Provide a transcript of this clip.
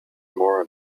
more